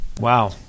wow